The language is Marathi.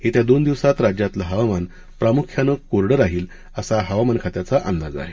येत्या दोन दिवसात राज्यातलं हवामान प्रामुख्याने कोरडं राहील असा हवामान खात्याचा अंदाज आहे